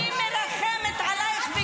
תהיי בשקט.